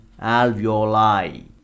alveoli